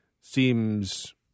seems